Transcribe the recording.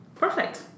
Perfect